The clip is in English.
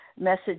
message